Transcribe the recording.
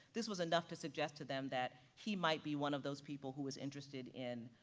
this was enough to suggest to them that he might be one of those people who was interested in,